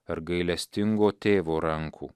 ar gailestingo tėvo rankų